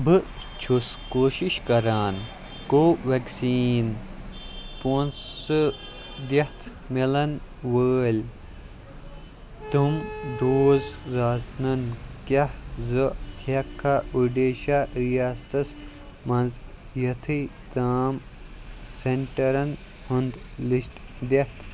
بہٕ چھُس کوٗشِش کَران کووٮ۪کسیٖن پونٛسہٕ دِتھ مِلَن وٲلۍ تِم ڈوز راسنَن کیٛاہ زٕ ہیٚکہٕ کھا اوٚڈیشا رِیاستَس منٛز یِتھٕے تام سٮ۪نٛٹَرَن ہُنٛد لِسٹ دِتھ